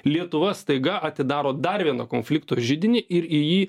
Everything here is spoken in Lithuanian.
lietuva staiga atidaro dar vieną konflikto židinį ir į jį